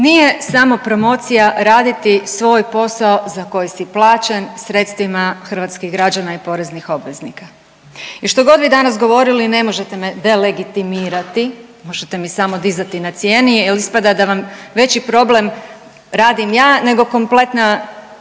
Nije samopromocija raditi svoj posao za koji si plaćen sredstvima hrvatskih građana i poreznih obveznika. I što god vi danas govorili ne možete me delegitimirati možete mi samo dizati na cijeni jel ispada da vam veći problem radim ja nego kompletna